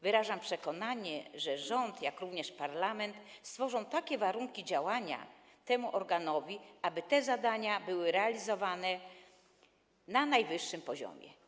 Wyrażam przekonanie, że rząd, jak również parlament stworzą takie warunki działania temu organowi, aby te zadania były realizowane na najwyższym poziomie.